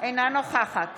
אינה נוכחת